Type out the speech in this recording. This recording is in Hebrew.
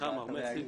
סליחה מר מסינג,